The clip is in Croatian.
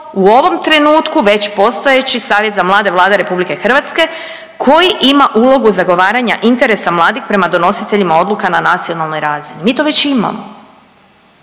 u ovom trenutku već postojeći Savjet za mlade Vlade RH koji ima ulogu zagovaranja interesa mladih prema donositeljima odluka na nacionalnoj razini. Mi to već imamo.